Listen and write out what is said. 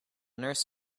nurse